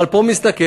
אבל פה מסתכם,